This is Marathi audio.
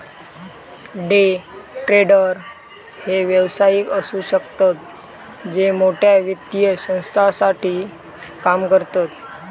डे ट्रेडर हे व्यावसायिक असु शकतत जे मोठ्या वित्तीय संस्थांसाठी काम करतत